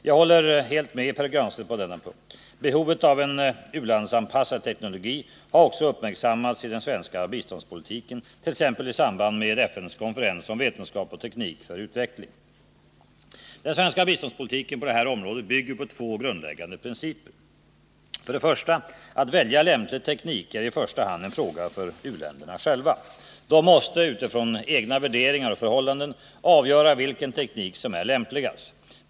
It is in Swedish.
Jag håller helt med Pär Granstedt på denna punkt. Behovet av en u-landsanpassad teknologi har också uppmärksammats i den svenska biståndspolitiken, t.ex. i samband med FN:s konferens om vetenskap och teknik för utveckling . Den svenska biståndspolitiken på detta område bygger på två grundläggande principer: För det första: att välja lämplig teknik är i första hand en fråga för u-länderna själva. De måste — utifrån egna värderingar och förhållanden — avgöra vilken teknik som är lämpligast.